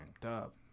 Dub